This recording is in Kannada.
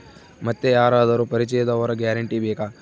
ಮತ್ತೆ ಯಾರಾದರೂ ಪರಿಚಯದವರ ಗ್ಯಾರಂಟಿ ಬೇಕಾ?